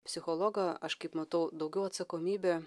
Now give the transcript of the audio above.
psichologo aš kaip matau daugiau atsakomybę